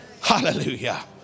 Hallelujah